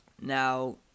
Now